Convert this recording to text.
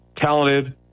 talented